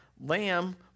lamb